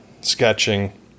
sketching